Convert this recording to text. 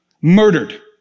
Murdered